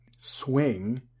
swing